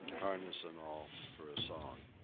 harness and all, for a song.